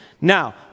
Now